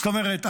זאת אומרת,